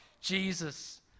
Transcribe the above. Jesus